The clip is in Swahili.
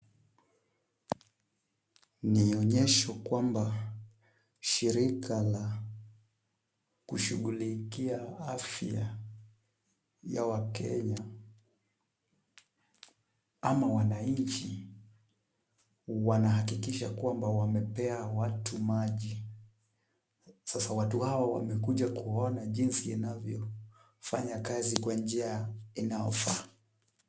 Ni onyesho kwamba shirika la kushughulikia afya ya wakenya, ama wananchi, wanahakikisha kwamba wamepea watu maji. Sasa watu hawa wamekuja kuona jinsi inavyofanya kazi kwa njia inaofaa.